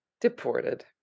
deported